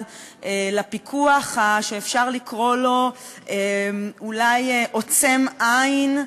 לפיקוח שאפשר לקרוא לו אולי עוצם עין,